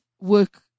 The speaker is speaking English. work